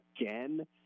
again